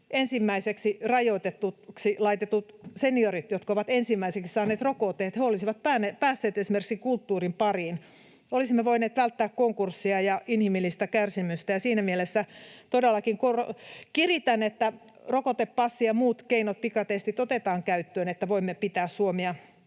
ensimmäiseksi rajoitetuksi laitetut seniorit, jotka ovat ensimmäiseksi saaneet rokotteet, olisivat päässeet esimerkiksi kulttuurin pariin. Olisimme voineet välttää konkursseja ja inhimillistä kärsimystä, ja siinä mielessä todellakin kiritän, että rokotepassi ja muut keinot, pikatestit otetaan käyttöön, että voimme pitää Suomea